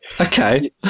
okay